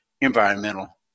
environmental